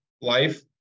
life